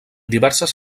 diverses